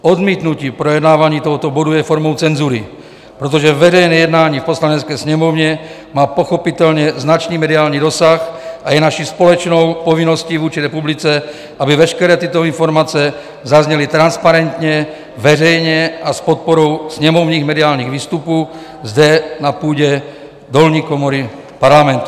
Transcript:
Odmítnutí projednávání tohoto bodu je formou cenzury, protože veřejné jednání v Poslanecké sněmovně má pochopitelně značný mediální dosah a je naší společnou povinností vůči republice, aby veškeré tyto informace zazněly transparentně, veřejně a s podporou sněmovních mediálních výstupů zde na půdě dolní komory parlamentu.